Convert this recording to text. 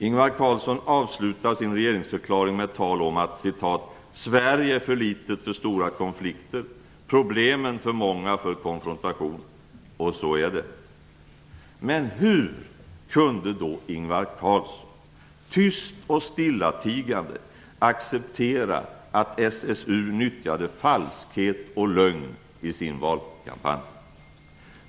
Ingvar Carlsson avslutar sin regeringsförklaring med tal om att "Sverige är för litet för stora konflikter, problemen för många för konfrontation". Så är det. Men hur kunde då Ingvar Carlsson tyst och stillatigande acceptera att SSU nyttjade falskhet och lögn i sin valkampanj?